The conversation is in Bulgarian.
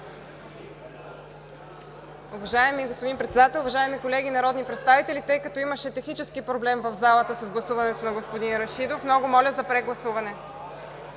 Уважаеми господин Председател, уважаеми колеги народни представители! Тъй като имаше технически проблем в залата с гласуването на господин Рашидов, много моля за прегласуване.